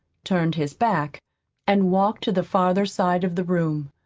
turned his back and walked to the farther side of the room.